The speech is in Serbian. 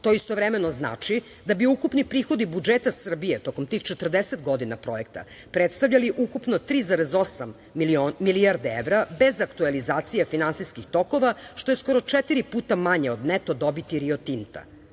istovremeno znači da bi ukupni prihodi budžeta Srbije tokom tih 40 godina projekta predstavljali ukupno 3,8 milijarde evra bez aktuelizacije finansijski tokova, što je skoro četiri puta manje od neto dobiti Rio Tinta.